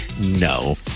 No